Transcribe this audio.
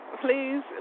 please